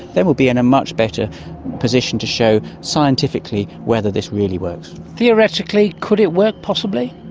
they will be in a much better position to show scientifically whether this really works theoretically could it work possibly?